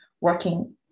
working